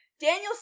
Daniel